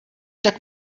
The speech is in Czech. tak